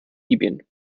libyen